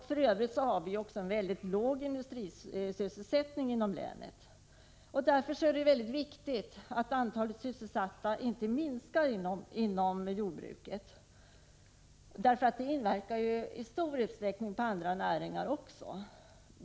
För övrigt har vi också en väldigt låg industrisysselsättning inom länet. Därför är det mycket viktigt att antalet sysselsatta inom jordbruket inte minskar, eftersom det i stor utsträckning också inverkar på andra näringar.